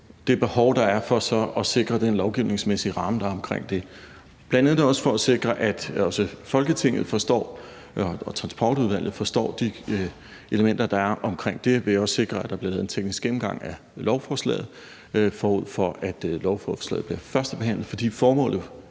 det behov, der er, for så at sikre den lovgivningsmæssige ramme, der er omkring det. Bl.a. for at sikre, at også Folketinget og Transportudvalget forstår de elementer, der er omkring det, vil jeg sikre, at der bliver lavet en teknisk gennemgang af lovforslaget, forud for at lovforslaget bliver førstebehandlet.